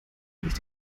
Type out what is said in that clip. durch